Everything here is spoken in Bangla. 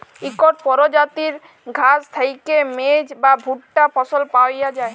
ইকট পরজাতির ঘাঁস থ্যাইকে মেজ বা ভুট্টা ফসল পাউয়া যায়